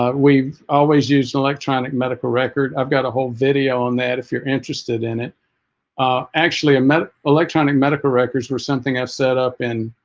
ah we've always used an electronic medical record i've got a whole video on that if you're interested in it ah actually electronic medical records were something i've set up in